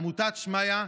עמותת שמעיה,